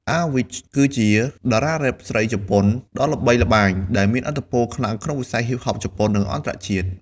Awich គឺជាតារារ៉េបស្រីជប៉ុនដ៏ល្បីល្បាញ ដែលមានឥទ្ធិពលខ្លាំងក្នុងវិស័យហ៊ីបហបជប៉ុន និងអន្តរជាតិ។